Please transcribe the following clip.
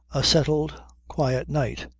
a settled, quiet night.